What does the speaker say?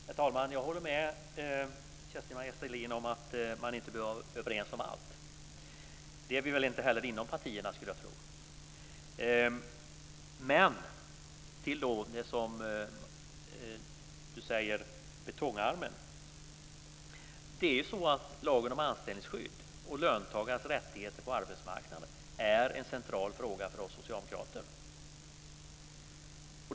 Herr talman! Jag håller med Kerstin-Maria Stalin om att man inte behöver vara överens om allt. Jag skulle tro att man inte heller är det inom partierna. Men när det gäller betongarmen, som Kerstin Maria Stalin säger, vill jag säga att lagen om anställningsskydd och löntagarnas rättigheter på arbetsmarknaden är en central fråga för oss socialdemokrater.